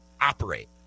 operate